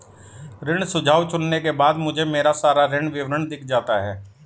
ऋण सुझाव चुनने के बाद मुझे मेरा सारा ऋण विवरण दिख जाता है